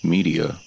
Media